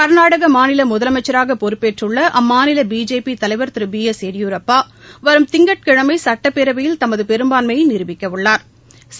கர்நாடக மாநில முதலமைச்சராக பொறப்பேற்றுள்ள அம்மாநில பிஜேபி தலைவர் திரு பி எஸ் எடியூரப்பா வரும் திங்கட்கிழமை சுட்டப்பேரவையில் தமது பெரும்பான்மையை நிரூபிக்கவுள்ளாா்